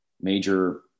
major